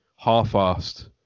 half-assed